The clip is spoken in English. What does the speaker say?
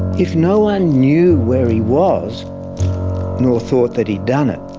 if no one knew where he was nor thought that he'd done it,